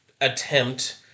attempt